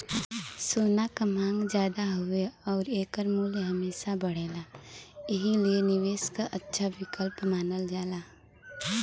सोना क मांग जादा हउवे आउर एकर मूल्य हमेशा बढ़ला एही लिए निवेश क अच्छा विकल्प मानल जाला